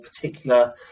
particular